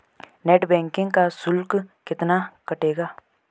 Net banking का शुल्क कितना कटेगा?